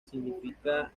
significa